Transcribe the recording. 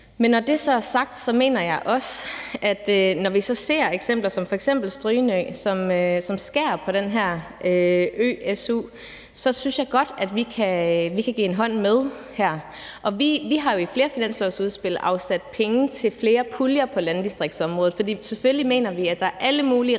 Men når det så er sagt, mener jeg også, at når vi så ser eksempler som f.eks. Strynø, hvor man skærer ned på den her ø-su, så kan vi godt give en hånd med. Vi har jo i flere finanslovsudspil afsat penge til flere puljer på landdistriktsområdet, for selvfølgelig mener vi, at der er alle mulige rigide